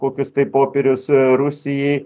kokius tai popierius rusijai